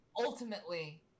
ultimately